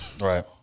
Right